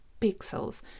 pixels